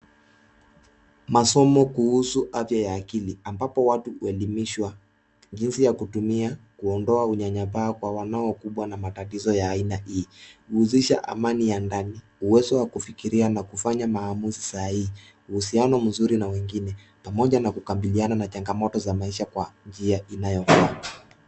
Masomo kuhusu afya ya akili ambapo watu huelimishwa jinsi ya kutumia kuondoa unyanyapaa kwa wanaokumbwa na matatizo ya aina hii. Huhusisha amani ya ndani, uwezo wa kufikiria na kufanya maamuzi sahihi, uhusiano mzuri na wengine pamoja na kukabiliana na changamoto za maisha kwa njia inayofaa.